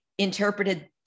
interpreted